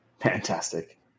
Fantastic